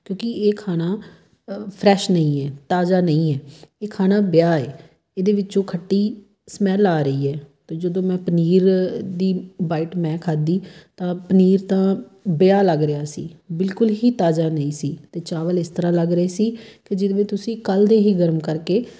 ਕਿਉਂਕਿ ਇਹ ਖਾਣਾ ਫਰੈਸ਼ ਨਹੀਂ ਹੈ ਤਾਜ਼ਾ ਨਹੀ ਹੈ ਇਹ ਖਾਣਾ ਬਿਹਾ ਹੈ ਇਹਦੇ ਵਿੱਚੋਂ ਖੱਟੀ ਸਮੈੱਲ ਆ ਰਹੀ ਹੈ ਅਤੇ ਜਦੋਂ ਮੈਂ ਪਨੀਰ ਦੀ ਬਾਈਟ ਮੈਂ ਖਾਦੀ ਤਾਂ ਪਨੀਰ ਤਾਂ ਬਿਹਾ ਲੱਗ ਰਿਹਾ ਸੀ ਬਿਲਕੁਲ ਹੀ ਤਾਜ਼ਾ ਨਹੀਂ ਸੀ ਅਤੇ ਚਾਵਲ ਇਸ ਤਰ੍ਹਾਂ ਲੱਗ ਰਹੇ ਸੀ ਕਿ ਜਿਹਦੇ ਵਿੱਚ ਤੁਸੀਂ ਕੱਲ੍ਹ ਦੇ ਹੀ ਗਰਮ ਕਰਕੇ